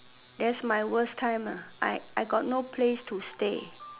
that's my worst time I got no place to stay